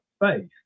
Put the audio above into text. faith